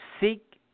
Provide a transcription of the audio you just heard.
Seek